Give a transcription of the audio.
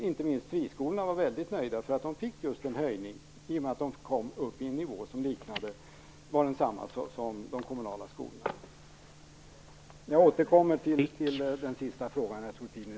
Inte minst friskolorna var väldigt nöjda för de fick en höjning i och med att de kom upp på en nivå som var densamma som för de kommunala skolorna. Jag återkommer till den sista frågan senare.